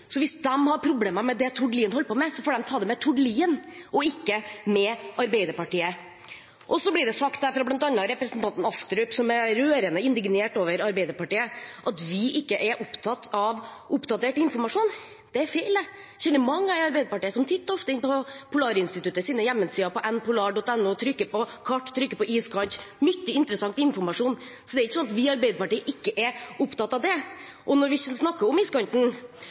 så hvis de har problemer med det Tord Lien holder på med, får de ta det med Tord Lien og ikke med Arbeiderpartiet. Så blir det sagt av bl.a. representanten Astrup, som er rørende indignert over Arbeiderpartiet, at vi ikke er opptatt av oppdatert informasjon. Det er feil. Jeg kjenner mange i Arbeiderpartiet som titt og ofte er innom Polarinstituttets hjemmesider, npolar.no, og trykker på «kart», trykker på «iskant» – mye interessant informasjon. Så det er ikke sånn at vi i Arbeiderpartiet ikke er opptatt av det. Når vi snakker om iskanten,